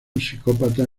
psicópata